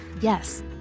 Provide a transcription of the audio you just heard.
Yes